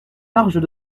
marges